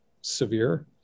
severe